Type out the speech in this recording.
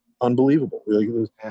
unbelievable